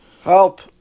Help